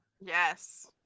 Yes